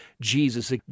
Jesus